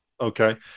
Okay